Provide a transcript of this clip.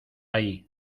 ahí